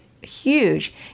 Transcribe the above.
huge